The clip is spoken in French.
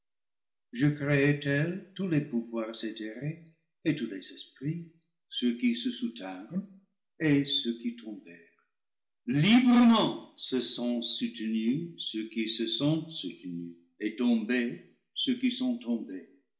je créai tels tous les pouvoirs éthérés et tous les esprits ceux qui se soutinrent et ceux qui tombèrent librement se sont soutenus ceux qui se sont soutenus et tombés ceux qui sont tombés